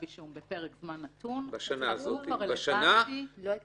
אישום בפרק זמן נתון -- בשנה הזאת או בפחות